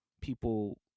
people